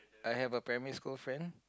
I have a primary school friend